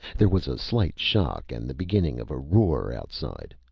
there was a slight shock and the beginning of a roar outside.